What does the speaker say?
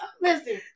Listen